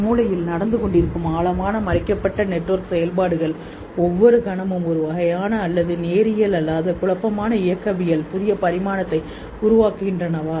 மூளையில் நடந்து கொண்டிருக்கும் ஆழமான மறைக்கப்பட்ட நெட்வொர்க் செயல்பாடுகள் ஒவ்வொரு கணமும் ஒரு வகையான அல்லது நேரியல் அல்லாத குழப்பமான இயக்கவியல் புதிய பரிமாணத்தை உருவாக்குகின்றனவா